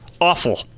awful